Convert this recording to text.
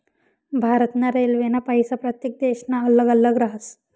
भारत ना रेल्वेना पैसा प्रत्येक देशना अल्लग अल्लग राहस